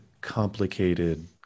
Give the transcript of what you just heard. complicated